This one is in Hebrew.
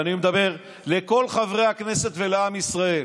ואני מדבר לכל חברי הכנסת ולעם ישראל: